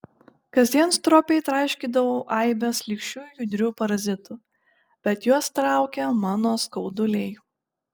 kasdien stropiai traiškydavau aibes šlykščių judrių parazitų bet juos traukė mano skauduliai